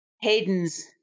Hayden's